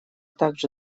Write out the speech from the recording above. также